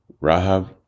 Rahab